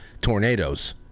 tornadoes